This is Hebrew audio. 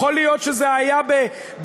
יכול להיות שזה היה בקטנה.